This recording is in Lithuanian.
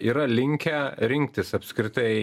yra linkę rinktis apskritai